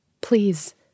Please